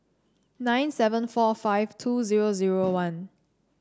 nine seven four five two zero zero one